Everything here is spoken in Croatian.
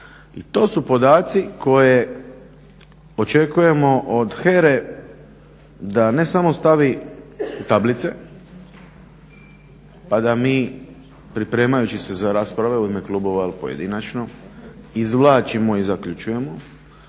to su podaci koje očekujemo od HERA-e, da ne samo stavi u tablice pa da mi pripremajući se za rasprave u ime klubova ili pojedinačno izvlačimo i zaključujemo,